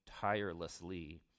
tirelessly